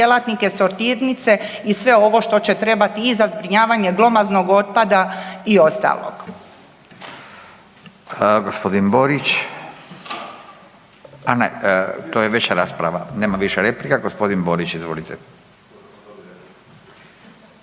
djelatnike sortirnice i sve ovo što će trebati i za zbrinjavanje glomaznog otpada i ostalog.